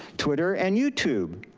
twitter, and youtube,